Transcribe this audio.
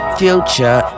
future